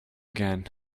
again